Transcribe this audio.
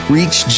Reach